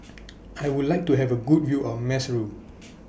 I Would like to Have A Good View of Maseru